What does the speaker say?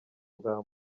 bwa